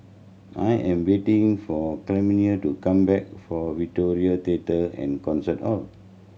I am waiting for Clemie to come back from Victoria Theatre and Concert Hall